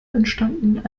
entstanden